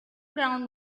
ground